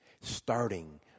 starting